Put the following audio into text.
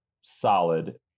solid